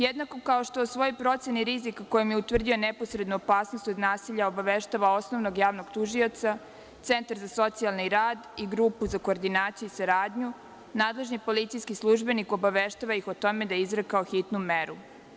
Jednako kao što u svojoj proceni rizika kojom je utvrdio neposrednu opasnost od nasilja obaveštava osnovnog tužioca, centar za socijalni rad i grupu za koordinaciju i saradnju, nadležni policijski službenik obaveštava ih o tome da je izrekao hitnu meru.